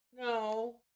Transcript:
No